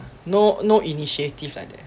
no no initiative like that